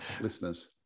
listeners